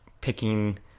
picking